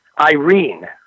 Irene